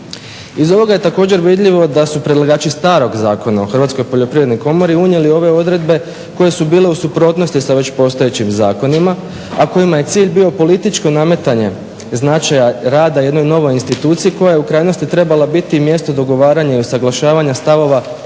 Iz ovoga je također vidljivo da su predlagači starog Zakona o Hrvatske poljoprivredne komori unijeli ove odredbe koje su bile u suprotnosti sa već postojećim zakonima, a kojima je cilj bio političko nametanje značaja rada jednoj novoj instituciji koja je u krajnosti trebala biti mjesto dogovaranja i usuglašavanja stavova o